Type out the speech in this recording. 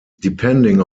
depending